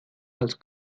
als